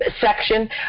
section